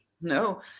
no